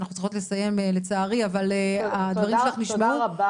ואנחנו צריכות לסיים לצערי, אבל הדברים שלך נשמעו.